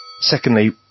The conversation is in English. Secondly